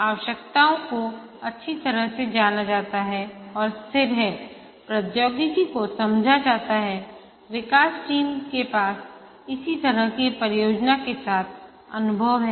आवश्यकताओं को अच्छी तरह से जाना जाता है और स्थिर हैप्रौद्योगिकी को समझा जाता है विकास टीम के पास इसी तरह की परियोजना के साथ अनुभव है